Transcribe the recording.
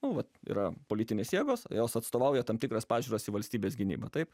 nu vat yra politinės jėgos jos atstovauja tam tikras pažiūras į valstybės gynybą taip